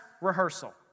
rehearsal